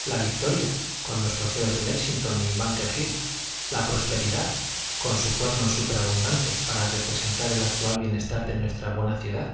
la victoria con los trofeos de léxington y búnker hill la prosperidad con su cuerno superabundante para representar el actual bienestar de nuestra buena ciudad